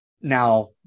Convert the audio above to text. Now